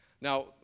Now